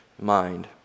mind